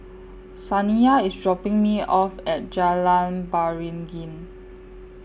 Saniyah IS dropping Me off At Jalan Beringin